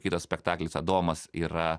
kitas spektaklis adomas yra